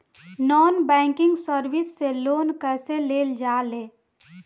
Non banking service से loan कैसे लेल जा ले?